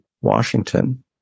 Washington